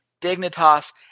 Dignitas